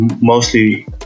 mostly